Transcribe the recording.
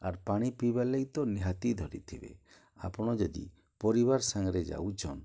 ଆର୍ ପାଣି ପିଇବାର୍ଲାଗି ତ ନିହାତି ଧରିଥିବେ ଆପଣ ଯଦି ପରିବାର୍ ସାଙ୍ଗରେ ଯାଉଛନ୍